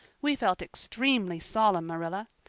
we felt extremely solemn, marilla.